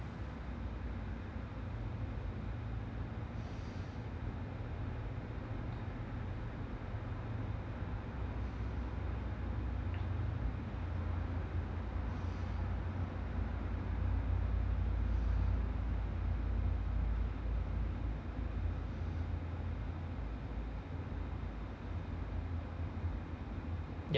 yeah